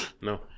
No